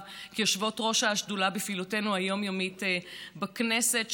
כיושבות-ראש השדולה ובפעילותנו היומיומית בכנסת,